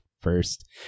first